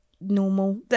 normal